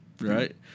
right